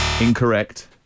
Incorrect